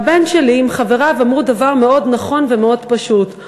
והבן שלי וחבריו אמרו דבר מאוד נכון ומאוד פשוט.